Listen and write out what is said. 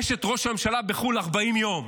אשת ראש הממשלה בחו"ל 40 יום.